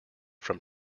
from